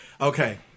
Okay